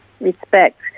respect